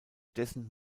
dessen